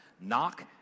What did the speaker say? Knock